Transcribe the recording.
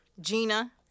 Gina